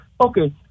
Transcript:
Okay